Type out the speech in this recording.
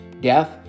death